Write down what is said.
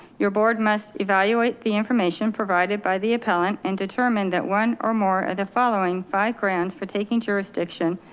your board must evaluate the information provided by the appellant and determined that one or more of the following five grounds for taking jurisdiction.